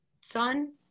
son